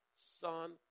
Son